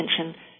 attention